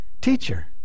Teacher